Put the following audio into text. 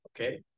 okay